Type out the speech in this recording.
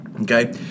okay